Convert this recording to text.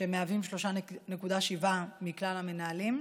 שמהווים 3.7% מכלל המנהלים,